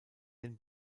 den